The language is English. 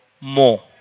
more